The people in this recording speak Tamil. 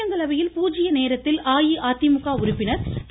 மாநிலங்களவையில் பூஜ்ஜிய நேரத்தில் அஇஅதிமுக உறுப்பினர் திரு